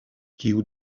kiu